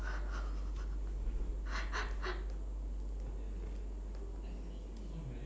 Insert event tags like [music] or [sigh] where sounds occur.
[laughs]